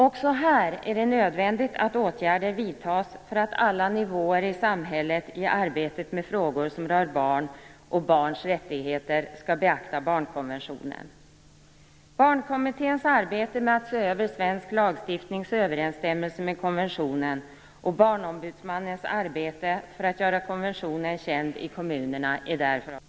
Också här är det nödvändigt att åtgärder vidtas för att man på alla nivåer i samhället i arbetet med frågor som rör barn och barns rättigheter skall beakta barnkonventionen. Barnkommitténs arbete med att se över svensk lagstiftnings överensstämmelse med konventionen och Barnombudsmannens arbete för att göra konventionen känd i kommunerna är därför av största vikt.